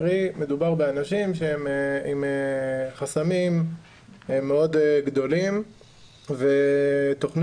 קרי מדובר באנשים שהם עם חסמים מאוד גדולים ותוכנית